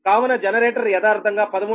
కావున జనరేటర్ యదార్ధంగా 13